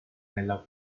nella